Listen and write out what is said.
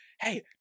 hey